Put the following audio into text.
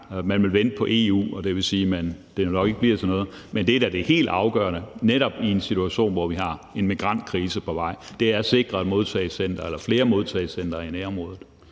Man vil vente på EU, og det vil sige, at det nok ikke bliver til noget. Men det helt afgørende netop i en situation, hvor vi har en migrantkrise på vej, er at sikre et eller flere modtagecentre i nærområdet.